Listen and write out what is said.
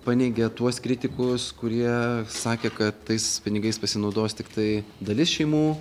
paneigia tuos kritikus kurie sakė kad tais pinigais pasinaudos tiktai dalis šeimų